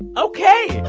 ok.